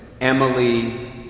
Emily